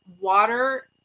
water